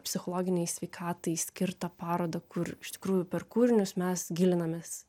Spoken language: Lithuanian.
psichologinei sveikatai skirtą parodą kur iš tikrųjų per kūrinius mes gilinamės